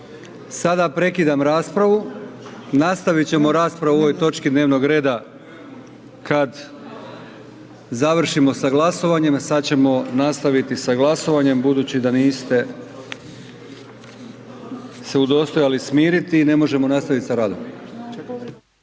Sada prekidam raspravu. Nastaviti ćemo raspravu o ovoj točki dnevnog reda kad završimo sa glasovanjem a sada ćemo nastaviti sa glasovanjem budući da niste se udostojali smiriti ne možemo nastaviti sa radom.